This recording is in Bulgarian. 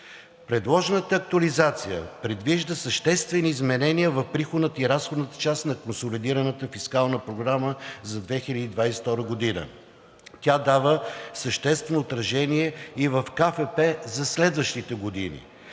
Предложената актуализация предвижда съществени изменения в приходната и разходната част на консолидираната фискална програма за 2022 г. Тя дава съществено отражение и в КФП за следващите години.